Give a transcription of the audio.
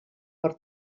per